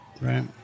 Right